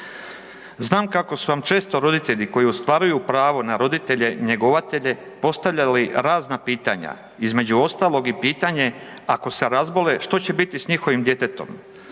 Znam kako su vam često roditelji koji ostvaruju pravo na roditelje njegovatelje postavljali razna pitanja, između ostalog, i pitanje ako se razbole, što će biti s njihovim djetetom.